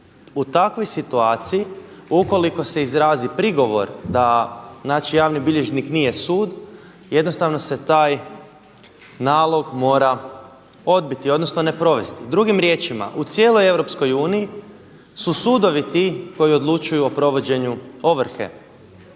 U takvoj situaciji ukoliko se izrazi prigovor da, znači javni bilježnik nije sud jednostavno se taj nalog mora odbiti, odnosno ne provesti. Drugim riječima, u cijeloj EU su sudovi ti koji odlučuju o provođenju ovrhe.